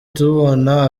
tubona